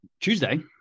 Tuesday